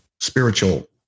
spiritual